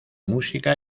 música